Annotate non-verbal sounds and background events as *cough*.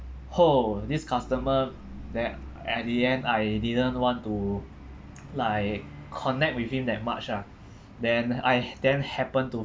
[ho] this customer then at the end I didn't want to *noise* like connect with him that much lah then I then happened to